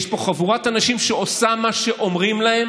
יש פה חבורת אנשים שעושה מה שאומרים לה,